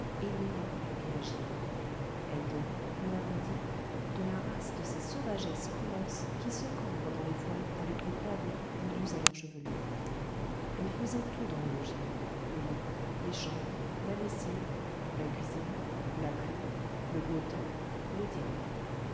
énorme et agile elle tenait nous l'avons dit de la race de ces sauvagesses colosses qui se cambrent dans les foires avec des pavés pendus à leur chevelure elle faisait tout dans le logis les lits les chambres la lessive la cuisine la pluie le beau temps le diable